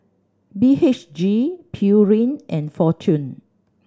B H G Pureen and Fortune